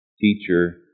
teacher